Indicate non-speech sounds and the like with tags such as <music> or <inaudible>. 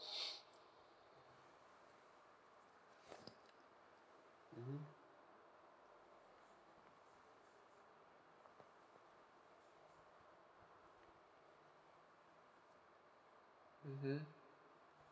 <breath> mmhmm mmhmm